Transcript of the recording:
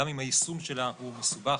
גם אם היישום שלה מסובך.